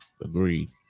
Agreed